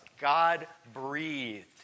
God-breathed